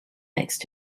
next